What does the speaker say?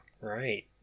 Right